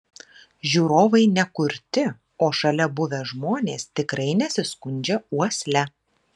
žiūrovai ne kurti o šalia buvę žmonės tikrai nesiskundžia uosle